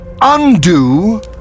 undo